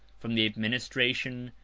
from the administration,